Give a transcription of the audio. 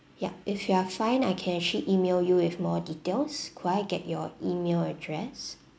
yup if you are fine I can actually email you with more details could I get your email address